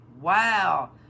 wow